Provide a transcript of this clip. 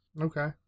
Okay